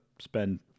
spend